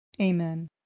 Amen